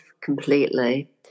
completely